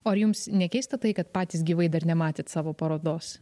o jums nekeista tai kad patys gyvai dar nematėt savo parodos